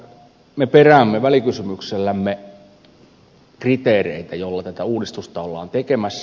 me peräämme välikysymyksellämme kriteereitä joilla tätä uudistusta ollaan tekemässä